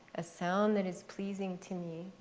a sound that is pleasing to me.